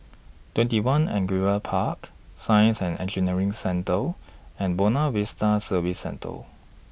twenty one Angullia Park Science and Engineering Centre and Buona Vista Service Centre